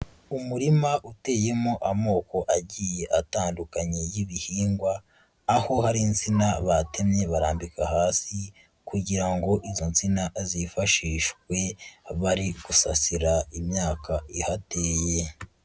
Umurima uteyemo amoko agiye atandukanye y'ibihingwa, aho hari insina batemye barambika hasi kugira ngo izo nsina zifashishwe bari gusasira imyaka ihateye.